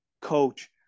coach